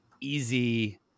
easy